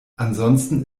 ansonsten